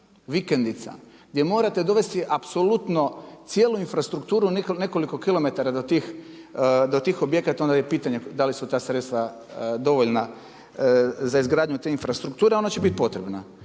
vikendica gdje morate dovesti apsolutno cijelu infrastrukturu nekoliko kilometara do tih objekata onda je pitanje da li su ta sredstva dovoljna za izgradnju te infrastrukture ona će biti potrebna.